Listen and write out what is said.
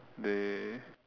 they